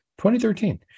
2013